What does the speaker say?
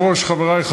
אתה מכיר את הרב טאו?